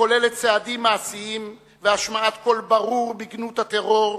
הכוללת צעדים מעשיים והשמעת קול ברור בגנות הטרור,